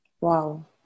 Wow